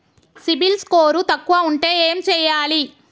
CIBIL score తక్కువ ఉంటే ఏం చేయాలి?